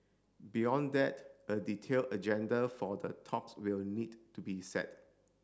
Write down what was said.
beyond that a detailed agenda for the talks will need to be set